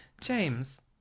James